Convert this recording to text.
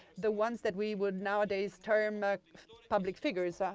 the ones that we would nowadays term public figures. ah